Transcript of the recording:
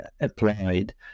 applied